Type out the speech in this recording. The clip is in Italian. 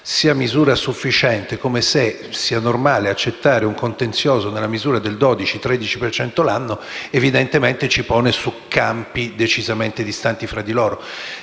Grazie,